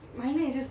minor is just